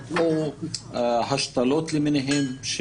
כמו השתלות למיניהן,